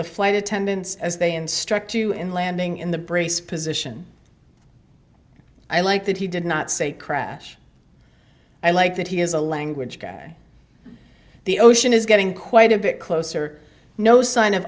the flight attendants as they instruct you in landing in the brace position i like that he did not say crash i like that he is a language guy the ocean is getting quite a bit closer no sign of